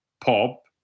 pop